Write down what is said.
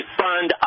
fund